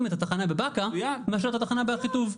את התחנה בבאקה מאשר את התחנה באחיטוב.